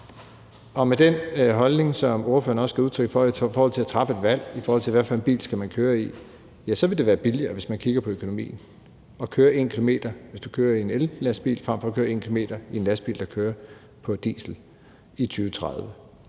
til den holdning, som ordføreren også gav udtryk for – altså i forhold til at træffe et valg om, hvad for en bil man skal køre i – vil det være billigere, hvis man kigger på økonomien, at køre 1 km, hvis du kører i en ellastbil, frem for at køre 1 km i en lastbil, der kører på diesel, i 2030.